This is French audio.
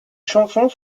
chansons